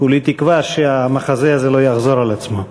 כולי תקווה שהמחזה הזה לא יחזור על עצמו.